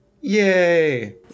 Yay